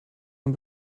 ein